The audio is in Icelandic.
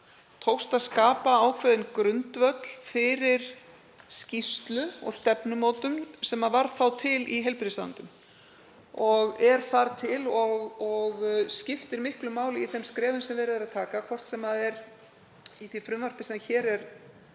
tókst að skapa ákveðinn grundvöll fyrir skýrslu og stefnumótun sem varð til í heilbrigðisráðuneytinu og er þar til og skiptir miklu máli í þeim skrefum sem verið er að stíga, hvort sem er í því frumvarpi sem hér er